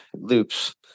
loops